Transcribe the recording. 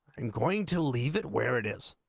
and going to leave it where it is